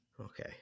Okay